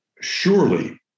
surely